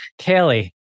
Kaylee